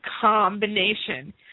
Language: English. combination